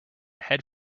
head